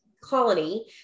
colony